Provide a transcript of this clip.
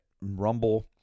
Rumble